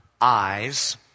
eyes